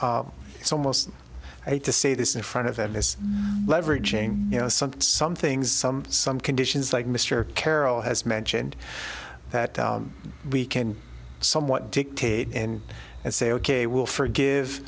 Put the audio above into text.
it's almost right to say this in front of this leveraging you know some some things some some conditions like mr carroll has mentioned that we can somewhat dictate in and say ok we'll forgive